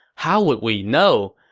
how would we know?